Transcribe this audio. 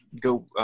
go